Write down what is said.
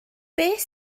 beth